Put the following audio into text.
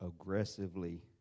aggressively